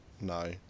no